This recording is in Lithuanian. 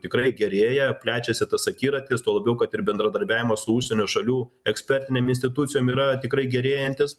tikrai gerėja plečiasi tas akiratis tuo labiau kad ir bendradarbiavimo su užsienio šalių ekspertinėm institucijom yra tikrai gerėjantis